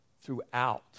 throughout